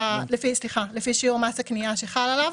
לפי שיעור מס הקניה שחל עליו.